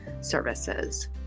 services